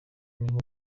niho